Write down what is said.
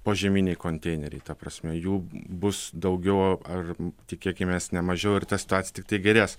požeminiai konteineriai ta prasme jų bus daugiau ar tikėkimės ne mažiau ir ta situacija tiktai gerės